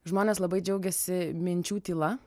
žmonės labai džiaugiasi minčių tyla